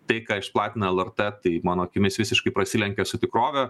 tai ką išplatino lrt mano akimis visiškai prasilenkia su tikrove